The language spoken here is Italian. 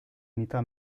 unità